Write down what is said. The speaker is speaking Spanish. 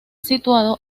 situado